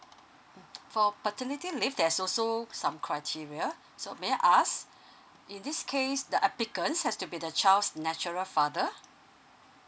mm for paternity leave there's also some criteria so may I ask in this case the applicant has to be the child's natural father